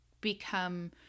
become